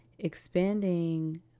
expanding